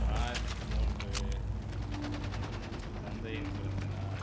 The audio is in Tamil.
மார்ச் மூன்று என் தந்தையின் பிறந்தநாள்